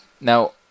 Now